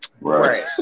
right